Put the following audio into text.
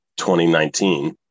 2019